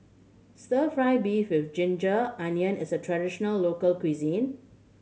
Stir Fry beef with ginger onion is a traditional local cuisine